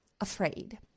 afraid